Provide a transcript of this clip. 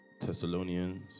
Thessalonians